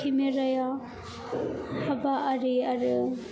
केमेराया हाबा आरि आरो